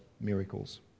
miracles